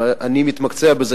ואני מתמקצע בזה,